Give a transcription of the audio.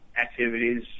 activities